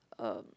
um